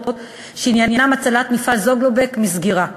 שעניינן הצלת מפעל "זוגלובק" מסגירה.